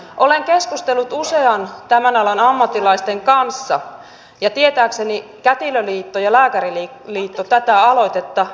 olen keskustellut usean tämän alan ammattilaisen kanssa ja tietääkseni kätilöliitto ja lääkäriliitto tätä aloitetta vastustavat